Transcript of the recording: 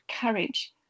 courage